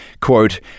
Quote